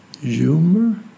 humor